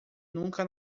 nunca